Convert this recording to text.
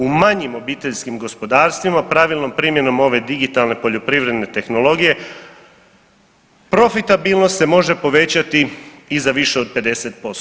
U manjim obiteljskim gospodarstvima pravilnom primjenom ove digitalne poljoprivredne tehnologije profitabilno se može povećati i za više od 50%